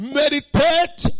meditate